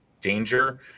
danger